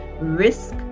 risk